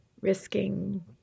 risking